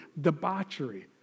debauchery